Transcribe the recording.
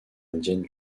indiennes